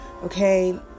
Okay